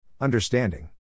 Understanding